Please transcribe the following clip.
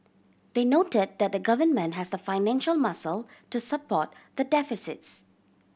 they noted that the Government has the financial muscle to support the deficits